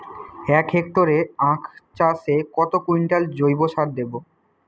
এক হেক্টরে আখ চাষে কত কুইন্টাল জৈবসার দেবো?